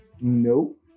Nope